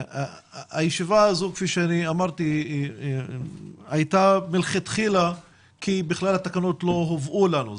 הישיבה הזו כפי שאמרתי הייתה מלכתחילה כי בכלל התקנות לא הובאו לנו.